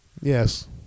Yes